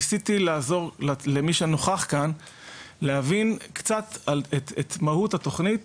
ניסיתי לעזור למי שנוכח כאן להבין קצת את מהות התוכנית